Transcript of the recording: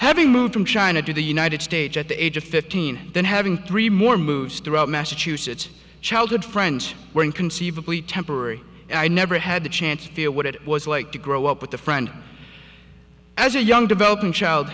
having moved from china to the united states at the age of fifteen then having three more moves throughout massachusetts childhood friends were inconceivably temporary i never had the chance to feel what it was like to grow up with a friend as a young developing child